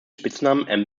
spitznamen